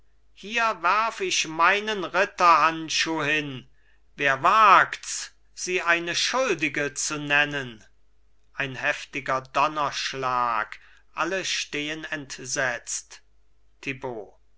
hier werf ich meinen ritterhandschuh hin wer wagts sie eine schuldige zu nennen ein heftiger donnerschlag alle stehen entsetzt